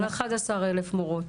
על 11,000 מורות,